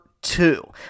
Two